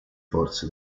forze